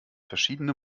verschiedene